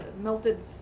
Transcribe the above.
melted